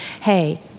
hey